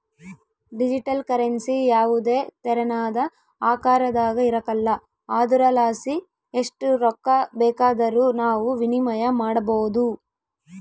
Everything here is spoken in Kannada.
ಡಿಜಿಟಲ್ ಕರೆನ್ಸಿ ಯಾವುದೇ ತೆರನಾದ ಆಕಾರದಾಗ ಇರಕಲ್ಲ ಆದುರಲಾಸಿ ಎಸ್ಟ್ ರೊಕ್ಕ ಬೇಕಾದರೂ ನಾವು ವಿನಿಮಯ ಮಾಡಬೋದು